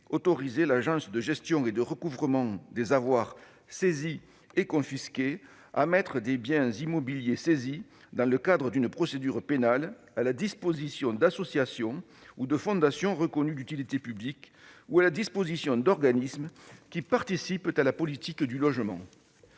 autoriser l'Agence de gestion et de recouvrement des avoirs saisis et confisqués (Agrasc) à mettre des biens immobiliers saisis dans le cadre d'une procédure pénale à la disposition d'associations ou de fondations reconnues d'utilité publique ou d'organismes participant à la politique du logement.